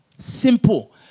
simple